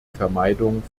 vermeidung